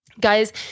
Guys